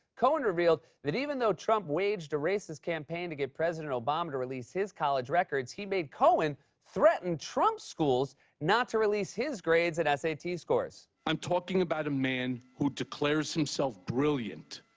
cohen revealed that even though trump waged a racist campaign to get president obama to release his college records, he made cohen threaten trump schools not to release his grades and s a t. scores. i'm talking about a man who declares himself brilliant,